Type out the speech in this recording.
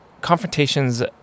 confrontations